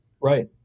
Right